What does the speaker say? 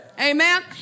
amen